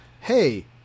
hey